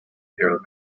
era